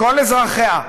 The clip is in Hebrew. לכל אזרחיה,